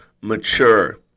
mature